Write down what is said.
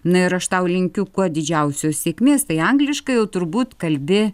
na ir aš tau linkiu kuo didžiausios sėkmės tai angliškai jau turbūt kalbi